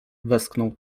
westchnął